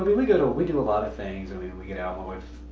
we we go to. we do a lot of things, i mean, we get out but with.